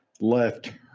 left